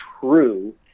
true